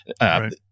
Right